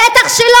בוגדנות.